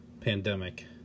pandemic